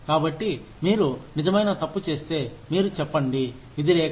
కాబట్టి మీరు నిజమైన తప్పు చేస్తే మీరు చెప్పండి విధిరేఖ